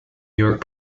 york